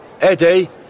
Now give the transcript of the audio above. Eddie